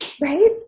right